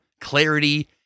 clarity